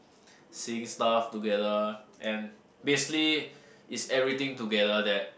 seeing stuff together and basically is everything together that